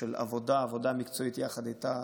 של עבודה מקצועית איתה.